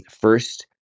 first